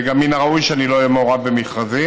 וגם מן הראוי שלא אהיה מעורב במכרזים.